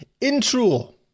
intro